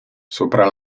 sopra